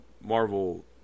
Marvel